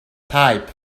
type